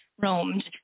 roamed